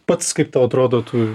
pats kaip tau atrodo tu